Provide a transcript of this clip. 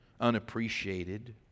unappreciated